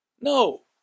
No